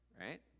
Right